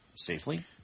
safely